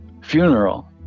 funeral